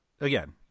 again